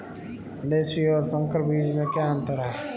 देशी और संकर बीज में क्या अंतर है?